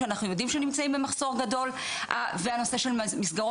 שאנחנו יודעים שהם נמצאים במחסור גדול והנושא של מסגרות